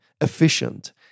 efficient